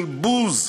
של בוז,